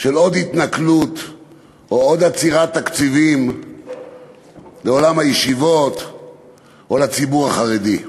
של עוד התנכלות או עוד עצירת תקציבים לעולם הישיבות או לציבור החרדי.